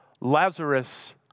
Lazarus